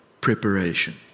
preparation